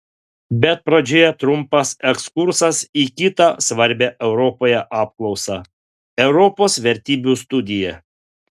bet pradžioje trumpas ekskursas į kitą svarbią europoje apklausą europos vertybių studiją